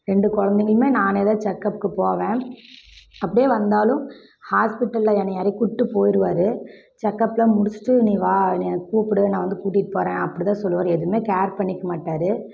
ரெண்டு கொழந்தைங்களுமே நானேதான் செக்கப்க்கு போவேன் அப்டேயே வந்தாலும் ஹாஸ்ப்பிட்டலில் என்னைய இறக்கி விட்டு போயிடுவாரு செக்கப்பெலாம் முடிச்சுட்டு நீ வா நீ என்னை கூப்பிடு நான் வந்து கூட்டிகிட்டு போகிறேன் அப்படிதான் சொல்லுவார் எதுவுமே கேர் பண்ணிக்க மாட்டார்